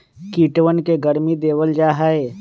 कीटवन के गर्मी देवल जाहई